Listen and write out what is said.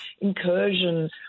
incursion